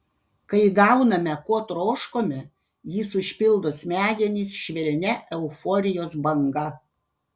kai gauname ko troškome jis užpildo smegenis švelnia euforijos banga